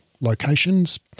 locations